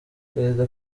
perezida